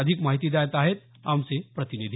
अधिक माहिती देत आहेत आमचे प्रतिनिधी